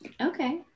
okay